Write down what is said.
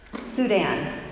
Sudan